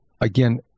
again